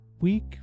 week